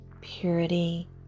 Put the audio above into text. purity